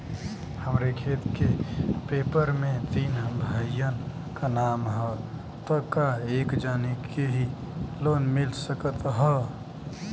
हमरे खेत के पेपर मे तीन भाइयन क नाम ह त का एक जानी के ही लोन मिल सकत ह?